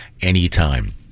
anytime